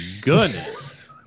goodness